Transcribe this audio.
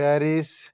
Paris